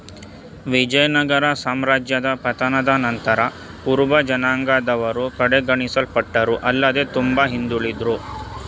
ವಿಜಯನಗರ ಸಾಮ್ರಾಜ್ಯದ ಪತನದ ನಂತರ ಕುರುಬಜನಾಂಗದವರು ಕಡೆಗಣಿಸಲ್ಪಟ್ಟರು ಆಲ್ಲದೆ ತುಂಬಾ ಹಿಂದುಳುದ್ರು